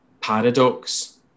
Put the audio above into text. Paradox